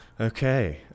Okay